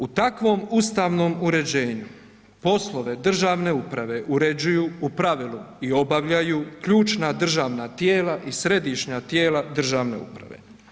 U takvom ustavnom uređenju poslove državne uprave uređuju u pravilu i obavljaju ključna državna tijela i središnja tijela državne uprave.